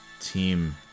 team